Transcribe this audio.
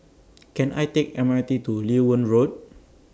Can I Take M R T to Loewen Road